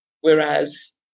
Whereas